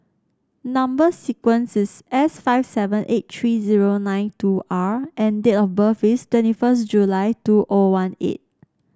number sequence is S five seven eight three zero nine two R and date of birth is twenty first July two O one eight